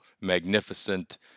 magnificent